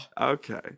Okay